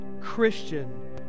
Christian